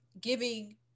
giving